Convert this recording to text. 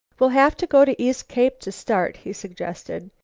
we'll have to go to east cape to start, he suggested.